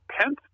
Pence